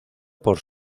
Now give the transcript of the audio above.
por